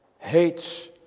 hates